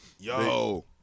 Yo